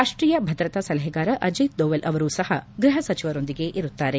ರಾಷ್ಷೀಯ ಭದ್ರತಾ ಸಲಹೆಗಾರ ಅಜಿತ್ ದೋವಲ್ ಅವರೂ ಸಹ ಗೃಹ ಸಚಿವರೊಂದಿಗೆ ಇರುತ್ತಾರೆ